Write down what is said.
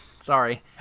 sorry